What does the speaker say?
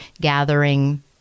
gathering